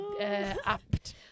apt